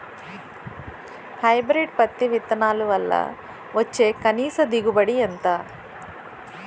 Hybrid పత్తి విత్తనాలు వల్ల వచ్చే కనీస దిగుబడి ఎంత?